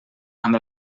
amb